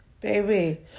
Baby